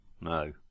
no